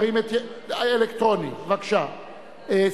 ובכן,